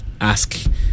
Ask